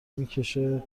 میکشه